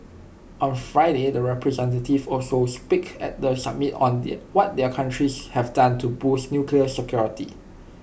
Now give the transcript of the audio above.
on Friday the representatives will also speak at the summit on their what their countries have done to boost nuclear security